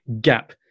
gap